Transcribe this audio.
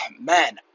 man